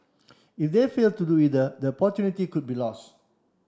if they fail to do either the opportunity could be lost